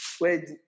Wait